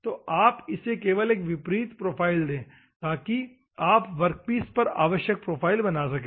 तो आप इसे केवल एक विपरीत प्रोफ़ाइल दें ताकि आप वर्कपीस पर आवश्यक प्रोफ़ाइल बना सकें